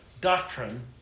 doctrine